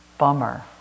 bummer